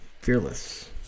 Fearless